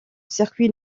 circuit